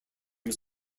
his